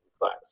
class